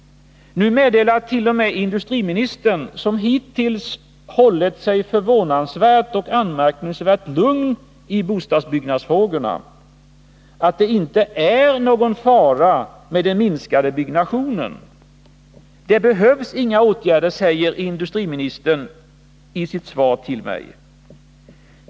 Nu meddelar t.o.m. industriministern, som hittills hållit sig förvånansvärt och anmärkningsvärt lugn i bostadsbyggnadsfrågorna, att det inte är någon fara med den minskade byggnationen. Det behövs inga åtgärder, säger industriministern i sitt svar till mig.